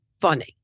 funny